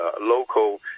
local